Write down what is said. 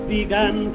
began